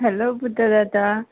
hello Buddha Dada